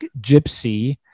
gypsy